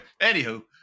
Anywho